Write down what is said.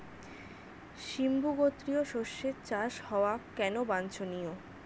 সিম্বু গোত্রীয় শস্যের চাষ হওয়া কেন বাঞ্ছনীয়?